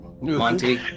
Monty